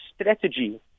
strategy